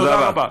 תודה רבה.